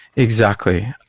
exactly.